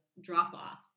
drop-off